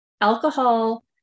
alcohol